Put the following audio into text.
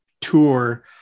tour